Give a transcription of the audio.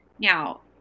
Now